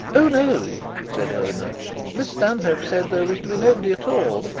oh, no said eleanor miss stanhope said there was to be nobody at all.